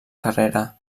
carrera